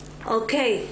אוקיי.